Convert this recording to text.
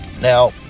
Now